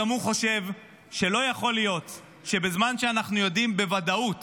גם הוא חושב שלא יכול להיות שבזמן שאנחנו יודעים בוודאות